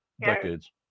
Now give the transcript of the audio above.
decades